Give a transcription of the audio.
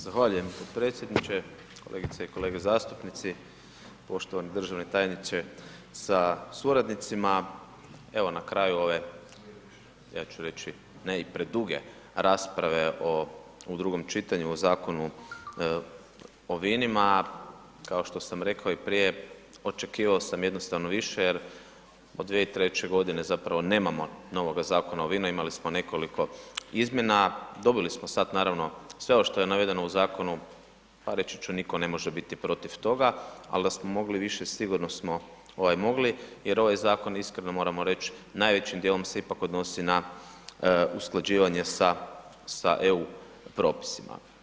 Zahvaljujem potpredsjedniče, kolegice i kolege zastupnici, poštovani državni tajniče sa suradnicima, evo na kraju ove ja ću reći ne i preduge rasprave o, u drugom čitanju, o Zakonu o vinima kao što sam rekao i prije, očekivao sam jednostavno više jer od 2003. godine zapravo nemamo novoga Zakona o vinu imali smo nekoliko izmjena, dobili smo sad naravno, sve ovo što je navedeno u zakonu, pa reći ću nitko ne može biti protiv toga, al da smo mogli više sigurno smo ovaj mogli jer ovaj zakon iskreno moramo reći najvećim dijelom se ipak odnosi na usklađivanje sa EU propisima.